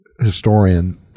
historian